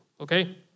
Okay